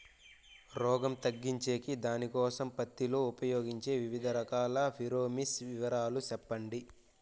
రోగం తగ్గించేకి దానికోసం పత్తి లో ఉపయోగించే వివిధ రకాల ఫిరోమిన్ వివరాలు సెప్పండి